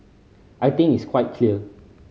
I think it's quite clear